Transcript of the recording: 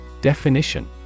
Definition